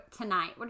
tonight